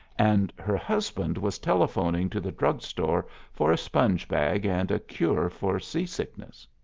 and her husband was telephoning to the drug-store for a sponge bag and a cure for sea-sickness.